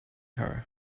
her